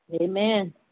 Amen